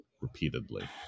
repeatedly